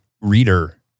reader